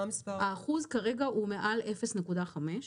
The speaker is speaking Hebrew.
האחוז כרגע הוא מעל 0.5,